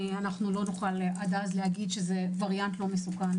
אנחנו לא נוכל להגיד עד אז שזה וריאנט לא מסוכן.